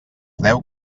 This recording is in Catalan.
deu